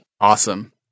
awesome